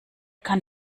kann